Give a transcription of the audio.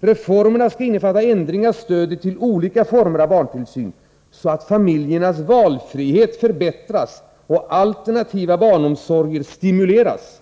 5. Reformen skall innefatta ändring av stödet till olika former av barntillsyn, så att familjernas valfrihet förbättras och alternativa barnomsorger stimuleras.